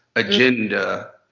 agenda,